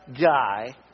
guy